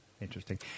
Interesting